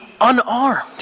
unarmed